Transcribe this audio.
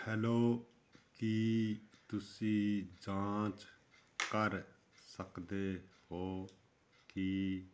hello ਕੀ ਤੁਸੀਂ ਜਾਂਚ ਕਰ ਸਕਦੇ ਹੋ ਕਿ